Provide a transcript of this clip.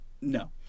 No